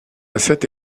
cette